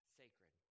sacred